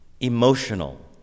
emotional